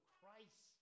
Christ